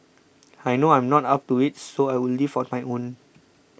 I know I'm not up to it so I will leave on my own